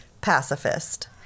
pacifist